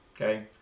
Okay